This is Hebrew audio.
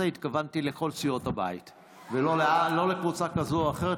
התכוונתי לכל סיעות הבית ולא לקבוצה כזאת או אחרת.